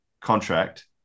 contract